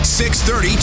630